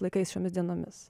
laikais šiomis dienomis